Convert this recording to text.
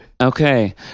Okay